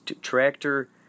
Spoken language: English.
tractor